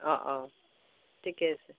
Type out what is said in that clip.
অঁ অঁ ঠিকে আছে